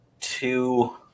two